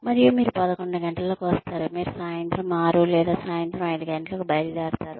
మరియు మీరు పదకొండు గంటలకు వస్తారు మీరు సాయంత్రం ఆరు లేదా సాయంత్రం ఐదు గంటలకు బయలుదేరుతారు